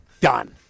done